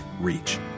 reach